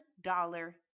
dollar